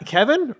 Kevin